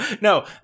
No